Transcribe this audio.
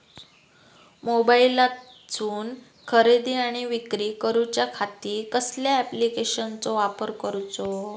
मोबाईलातसून खरेदी आणि विक्री करूच्या खाती कसल्या ॲप्लिकेशनाचो वापर करूचो?